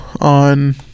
on